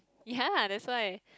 ya that's why